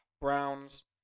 Browns